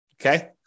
Okay